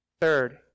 Third